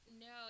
no